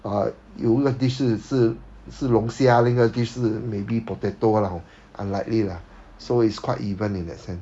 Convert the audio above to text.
uh 有一个 dish 是是龙虾另一个 dish 是 maybe potato lah unlikely lah so it's quite even in that sense